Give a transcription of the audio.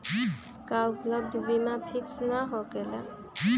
का उपलब्ध बीमा फिक्स न होकेला?